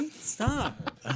Stop